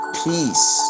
peace